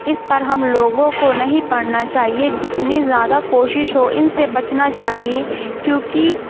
اس پر ہم لوگوں کو نہیں پڑنا کرنا چاہیے جتنی زیادہ کوشش ہو ان سے بچنا چاہیے کیونکہ